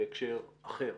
בהקשר אחר,